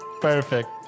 Perfect